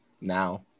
Now